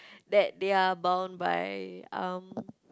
that they are bound by um